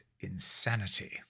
insanity